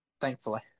thankfully